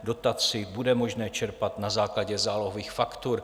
Dotaci bude možné čerpat na základě zálohových faktur.